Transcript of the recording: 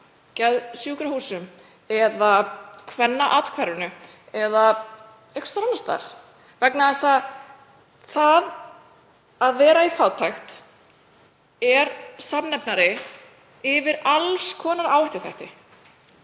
eða sjúkrahúsum eða Kvennaathvarfinu eða einhvers annars staðar vegna þess að það að vera í fátækt er samnefnari yfir alls konar áhættuþætti.